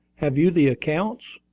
have you the accounts?